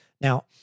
Now